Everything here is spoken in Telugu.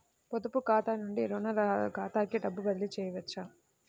పొదుపు ఖాతా నుండీ, రుణ ఖాతాకి డబ్బు బదిలీ చేయవచ్చా?